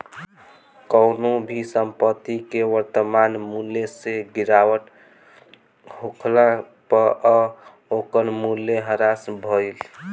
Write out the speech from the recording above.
कवनो भी संपत्ति के वर्तमान मूल्य से गिरावट होखला पअ ओकर मूल्य ह्रास भइल